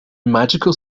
magical